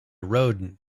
rodin